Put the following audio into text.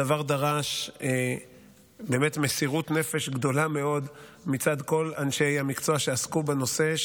הדבר דרש באמת מסירות נפש גדולה מאוד מצד כל אנשי המקצוע שעסקו בנושא,